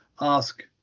ask